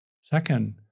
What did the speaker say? Second